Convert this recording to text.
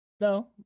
No